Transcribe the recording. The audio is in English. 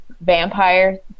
vampire